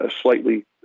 slightly